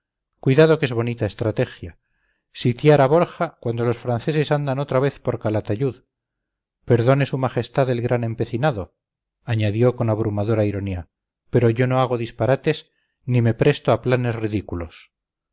cuidado que es bonita estrategia sitiar a borja cuando los franceses andan otra vez por calatayud perdone su majestad el gran empecinado añadió con abrumadora ironía pero yo no hago disparates ni me presto a planes ridículos